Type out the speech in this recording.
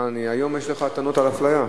מה, היום יש לך טענות על אפליה?